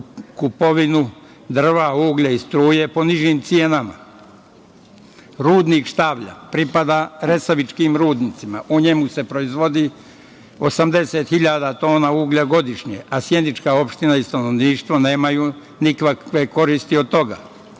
kupovinu drva, uglja i struje po nižim cenama. Rudnik Štavalj pripada resavičkim rudnicima. U njemu se proizvodi 80.000 tona uglja godišnje, a sjenička opština i stanovništvo nemaju nikakve koristi od toga.